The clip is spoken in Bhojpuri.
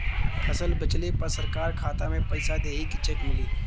फसल बेंचले पर सरकार खाता में पैसा देही की चेक मिली?